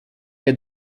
had